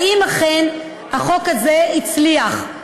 האם החוק הזה אכן הצליח,